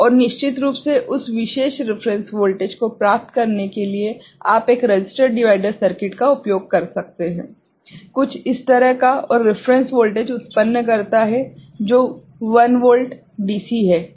और निश्चित रूप से उस विशेष रेफरेंस वोल्टेज को प्राप्त करने के लिए आप एक रसिस्टर डिवाइडर सर्किट का उपयोग कर सकते हैं कुछ इस तरह का और रेफरेंस वोल्टेज उत्पन्न करता है जो 1 वोल्ट DC है ठीक है